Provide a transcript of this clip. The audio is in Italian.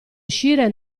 uscire